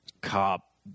cop